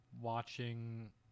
watching